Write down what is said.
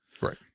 Right